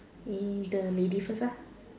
the lady first